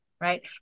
Right